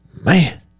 Man